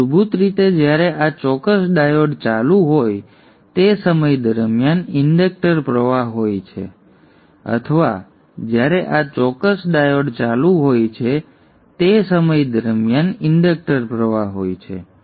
તે મૂળભૂત રીતે જ્યારે આ ચોક્કસ ડાયોડ ચાલુ હોય છે તે સમય દરમિયાન ઇન્ડક્ટર પ્રવાહ હોય છે અથવા જ્યારે આ ચોક્કસ ડાયોડ ચાલુ હોય છે તે સમય દરમિયાન ઇન્ડક્ટર પ્રવાહ હોય છે